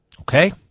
Okay